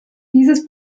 dieses